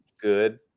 good